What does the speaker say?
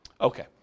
Okay